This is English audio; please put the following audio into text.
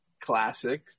classic